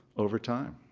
over time.